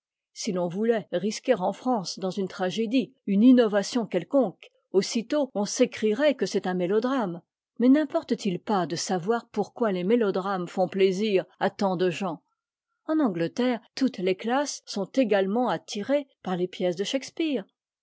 si ton voulait risquer en france dans une tragédie uneinnovation quelconque aussitôt on s'écrierait que c'est un mélodrame mais nimporte t il pas de savoir pourquoi les mélodrames font plaisir à tant de gens en angleterre toutes les classes sont également attirées par les pièces de shakspeare